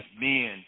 men